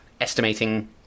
estimating